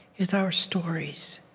is our stories.